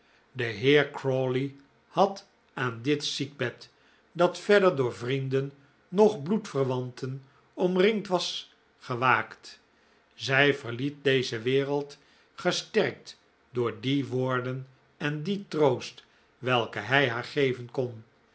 de heer crawley had aan dit ziekbed dat verder door vrienden noch bloedverwanten omringd was gewaakt zij verliet deze wereld gesterkt door die woorden en dien troost welke hij haar geven kon